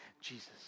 Jesus